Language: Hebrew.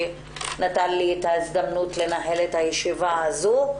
שנתן לי הזדמנות לנהל את הישיבה הזו.